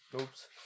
Oops